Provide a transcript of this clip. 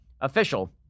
official